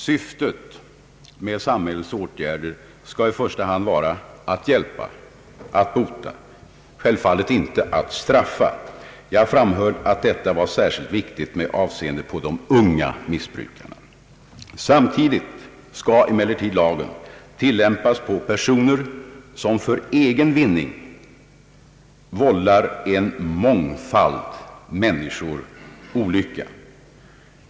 Syftet med samhällsåtgärder skall i första hand vara att hjälpa och att bota, självfallet inte att straffa. Jag framhöll att detta var särskilt viktigt med avseende på de unga missbrukarna. Samtidigt skall emellertid lagen tillämpas på personer som för egen vinning vållar en mångfald människor olycka.